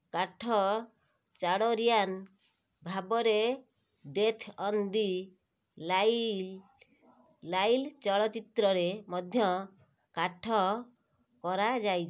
କାଠ ଚାଡ଼ରିଆନ୍ ଭାବରେ death on the Nile Nile ଚଳଚ୍ଚିତ୍ରରେ ମଧ୍ୟ କାଠ କରାଯାଇ